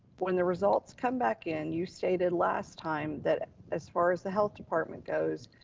when the results come back in you stated last time that as far as the health department goes,